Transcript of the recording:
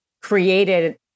created